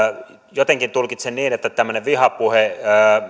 jotenkin tulkitsen niin että tämmöinen vihapuhe